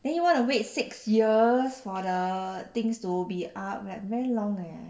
then you want wait six years for the things to be up like very long leh